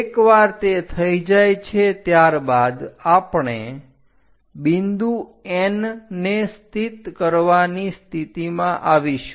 એકવાર તે થઈ જાય છે ત્યારબાદ આપણે બિંદુ N ને સ્થિત કરવાની સ્થિતિમાં આવીશું